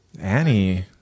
Annie